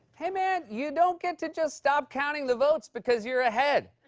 hey man, you don't get to just stop counting the votes, because you're ahead.